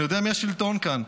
אני יודע מי השלטון כאן.